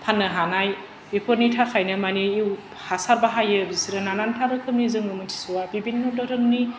फाननो हानाय बेफोरनि थाखायनो मानि इउ हासार बाहायो बिसोरो नानानथा रोखोमनि जों मोनथिजोबा बिबिनन धरननि